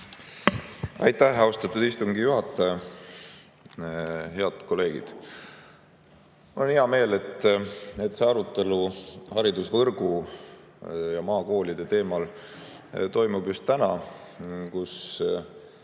Aitäh, austatud istungi juhataja! Head kolleegid! Mul on hea meel, et see arutelu haridusvõrgu ja maakoolide teemal toimub just täna, kui